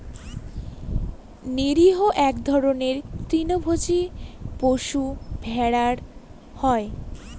নিরীহ এক ধরনের তৃণভোজী পশু ভেড়া হয়